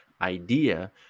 idea